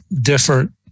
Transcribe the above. different